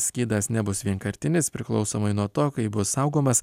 skydas nebus vienkartinis priklausomai nuo to kaip bus saugomas